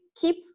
keep